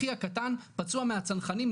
אחי הקטן פצוע מהצנחנים,